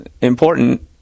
important